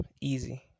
easy